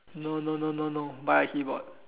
no no no no no buy a keyboard